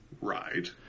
right